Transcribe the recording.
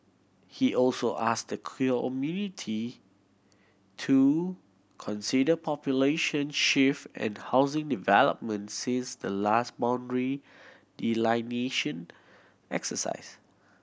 he also asked the to consider population shift and housing developments since the last boundary delineation exercise